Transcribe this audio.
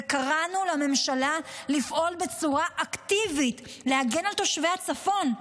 וקראנו לממשלה לפעול בצורה אקטיבית ולהגן על תושבי הצפון,